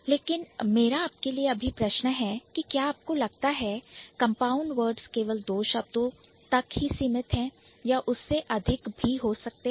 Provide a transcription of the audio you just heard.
लेकिन मेरा आपके लिए प्रश्न है कि क्या आपको लगता है Compound Words केवल 2 शब्दों तक ही सीमित है या उससे अधिक हो सकते हैं